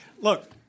Look